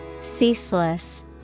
Ceaseless